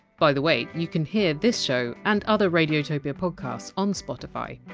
by the way, you can hear this show and other radiotopia podcasts on spotify.